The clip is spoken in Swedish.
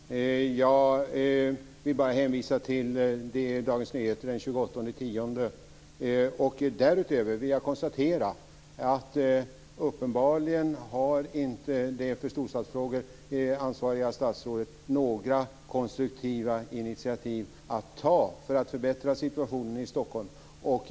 Herr talman! Jag vill bara hänvisa till Dagens Nyheter den 28 oktober. Därutöver vill jag konstatera att det för storstadsfrågor ansvariga statsrådet uppenbarligen inte kommer att ta några konstruktiva initiativ för att förbättra situationen i Stockholm.